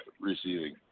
receiving